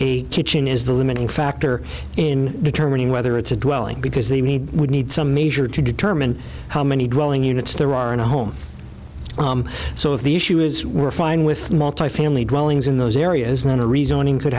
a kitchen is the limiting factor in determining whether it's a dwelling because the need would need some measure to determine how many dwelling units there are in a home so if the issue is we're fine with multifamily dwellings in those areas then a reasoning could